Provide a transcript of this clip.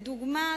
לדוגמה,